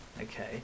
okay